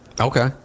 Okay